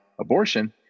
abortion